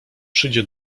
przyjdzie